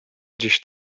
gdzieś